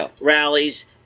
rallies